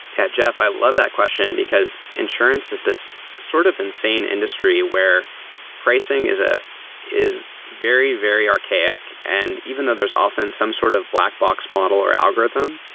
yeah, jeff. i love that question, because insurance is this sort of insane industry where pricing is ah is very, very archaic. and even though there is often some sort of black box model or algorithm,